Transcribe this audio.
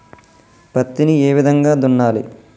పత్తిని ఏ విధంగా దున్నాలి?